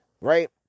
right